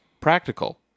practical